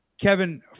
Kevin